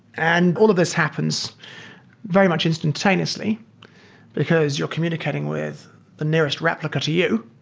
and all of this happens very much instantaneously because you're communicating with the nearest replica to you.